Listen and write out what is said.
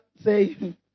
say